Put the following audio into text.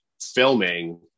filming